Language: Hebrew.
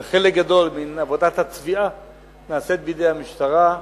וחלק גדול מעבודת התביעה נעשית בידי המשטרה.